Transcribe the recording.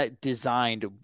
designed